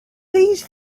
these